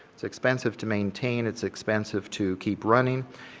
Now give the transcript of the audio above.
it's expensive to maintain, it's expensive to keep running,